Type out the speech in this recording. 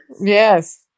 Yes